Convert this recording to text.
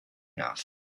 enough